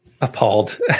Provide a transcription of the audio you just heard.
appalled